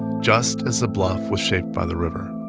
just as the bluff was shaped by the river